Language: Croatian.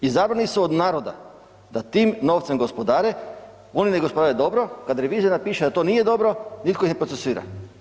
Izabrani su od naroda da tim novcem gospodare, oni ne gospodare dobro, kada revizija napiše da to nije dobro nitko ih ne procesuira.